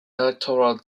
electoral